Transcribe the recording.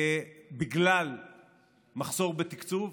בגלל מחסור בתקצוב.